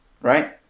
right